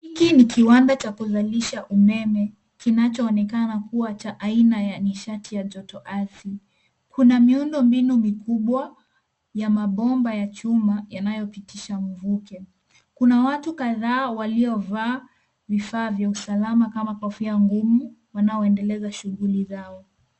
Hiki ni kiwanda cha kuzalisha umeme, kinachoonekana kuwa cha aina ya nishati ya jotoardhi. Kuna miundombinu mikubwa ya mabomba ya chuma yanayopitisha mvuke. Kuna watu kadhaa waliovaa vifaa vya usalama kama kofia ngumu wanaoendeleza shughuli zao.